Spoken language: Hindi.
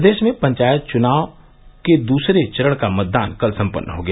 प्रदेश में पंचायत चुनाव का दूसरे चरण का मतदान कल सम्पन्न हो गया